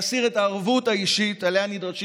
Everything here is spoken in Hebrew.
להסיר את הערבות האישית שעליה נדרשים